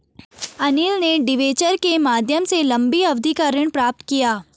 अनिल ने डिबेंचर के माध्यम से लंबी अवधि का ऋण प्राप्त किया